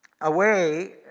away